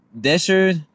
desert